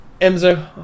Emzo